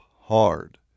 hard